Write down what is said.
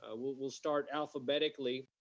ah we'll we'll start alphabetically.